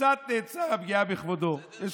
קצת, הפגיעה בכבודו של הרב קוק.